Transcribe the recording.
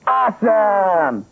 awesome